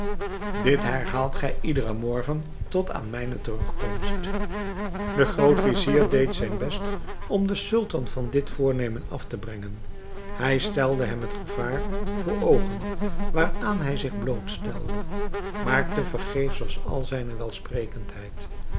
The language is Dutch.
dit herhaalt gij iederen morgen tot aan mijne terugkomst de groot-vizier deed zijn best om den sultan van dit voornemen af te brengen hij stelde hem het gevaar voor oogen waaraan hij zich blootstelde maar te vergeefs was al zijne welsprekendheid